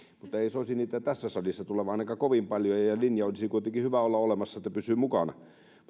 mutta en soisi niitä tässä salissa tulevan ainakaan kovin paljon ja ja linja olisi kuitenkin hyvä olla olemassa että pysyy mukana